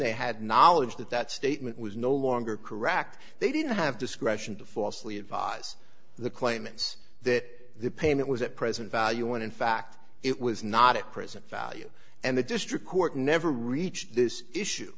they had knowledge that that statement was no longer correct they didn't have discretion to falsely advise the claimants that the payment was at present value when in fact it was not at present value and the district court never reached this